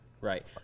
Right